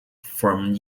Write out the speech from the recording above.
from